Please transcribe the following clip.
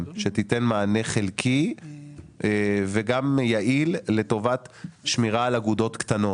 שתיתן מענה חלקי וגם יעיל לטובת שמירה על אגודות קטנות.